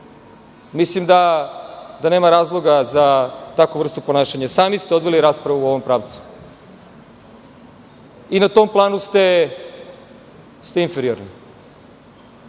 da nema razloga za takvu vrstu ponašanja. Sami ste odveli raspravu u ovom pravcu i na tom planu ste inferiorni.